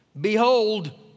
Behold